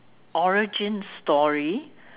origin story